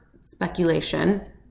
speculation